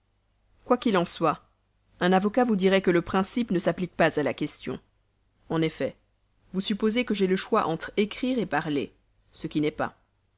quoiqu'il en soit un avocat vous dirait que le principe ne s'applique pas à la question en effet vous supposez que j'ai le choix entre écrire parler ce qui n'est pas